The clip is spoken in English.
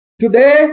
Today